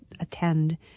attend